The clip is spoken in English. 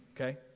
okay